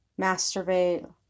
masturbate